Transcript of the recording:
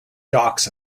docks